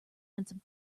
handsome